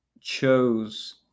chose